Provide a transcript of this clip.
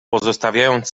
pozostawiając